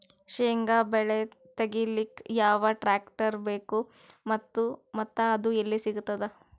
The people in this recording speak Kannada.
ಶೇಂಗಾ ಬೆಳೆ ತೆಗಿಲಿಕ್ ಯಾವ ಟ್ಟ್ರ್ಯಾಕ್ಟರ್ ಬೇಕು ಮತ್ತ ಅದು ಎಲ್ಲಿ ಸಿಗತದ?